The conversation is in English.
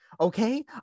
okay